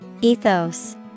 Ethos